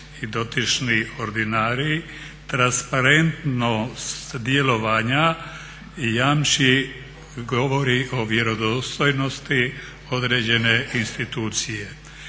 i dotični ordinarij, transparentnost djelovanja jamči, govori o vjerodostojnosti određene institucije.